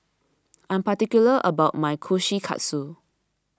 I am particular about my Kushikatsu